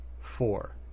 four